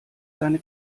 seine